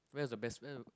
where is a best where